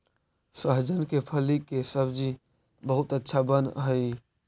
सहजन के फली के सब्जी बहुत अच्छा बनऽ हई